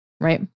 right